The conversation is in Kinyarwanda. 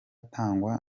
atangwa